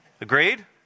Agreed